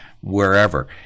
wherever